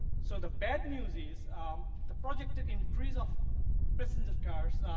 so, the bad news is the projected increase of passenger cars